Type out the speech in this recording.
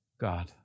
God